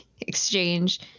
exchange